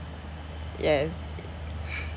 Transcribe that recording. yes y~